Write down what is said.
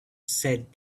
said